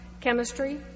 chemistry